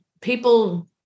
people